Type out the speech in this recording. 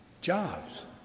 Jobs